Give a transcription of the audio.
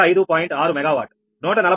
6 megawatt 140